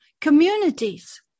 communities